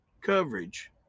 coverage